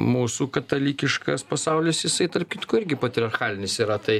mūsų katalikiškas pasaulis jisai tarp kitko irgi patriarchalinis yra tai